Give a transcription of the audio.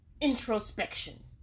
introspection